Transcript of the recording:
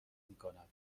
میکند